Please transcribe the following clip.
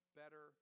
better